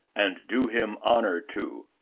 and do him honor to.